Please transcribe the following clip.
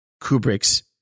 Kubrick's